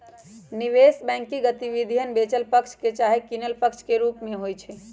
निवेश बैंकिंग गतिविधि बेचल पक्ष चाहे किनल पक्ष के रूप में होइ छइ